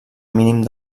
mínim